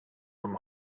from